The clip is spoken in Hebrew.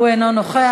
הוא אינו נוכח.